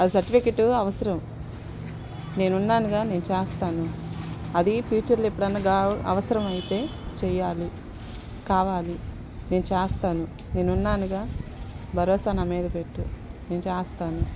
ఆ సర్టిఫికేట్ అవసరం నేను ఉన్నాను కదా నేను చేస్తాను అది ఫ్యూచర్లో ఎప్పుడు అన్నా అవసరం అయితే చేయాలి కావాలి నేను చేస్తాను నేను ఉన్నాను కదా భరోసా నా మీద పెట్టు నేను చేస్తాను